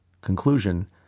conclusion